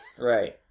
right